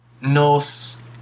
Nos